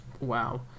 wow